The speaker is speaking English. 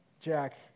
Jack